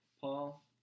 Paul